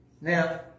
Now